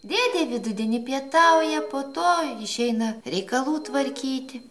dėdė vidudienį pietauja po to išeina reikalų tvarkyti